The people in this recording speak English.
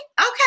Okay